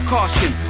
Caution